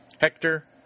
Hector